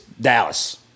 Dallas